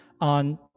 on